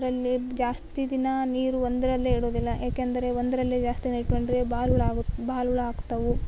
ಅದರಲ್ಲಿ ಜಾಸ್ತಿ ದಿನ ನೀರು ಒಂದ್ರಲ್ಲೆ ಇಡೋದಿಲ್ಲ ಏಕೆಂದರೆ ಒಂದ್ರಲ್ಲೆ ಜಾಸ್ತಿ ದಿನ ಇಟ್ಟುಕೊಂಡ್ರೆ ಬಾಲ ಹುಳ ಆಗತ್ತೆ ಬಾಲ ಹುಳ ಆಗ್ತವೆ